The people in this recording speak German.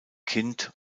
kind